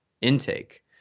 intake